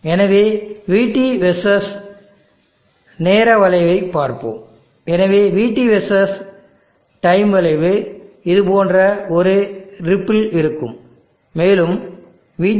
எனவே vT versus நேர வளைவைப் பார்ப்போம் எனவே vT வெர்சஸ் டைம் வளைவு இது போன்ற ஒரு ரிப்பிள் இருக்கும் மேலும் vT